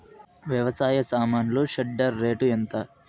వ్యవసాయ సామాన్లు shredder rate ఎంత?